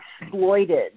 exploited